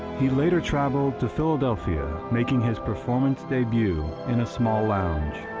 he later traveled to philadelphia, making his performance debut in a small lounge.